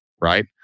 Right